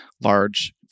large